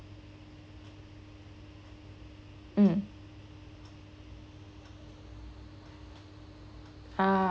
mm ah